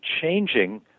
changing